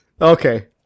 Okay